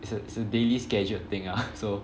it's a it's a daily scheduled thing ah so